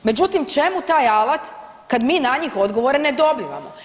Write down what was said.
Međutim, čemu taj alat kada mi na njih odgovore ne dobivamo?